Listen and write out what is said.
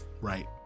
right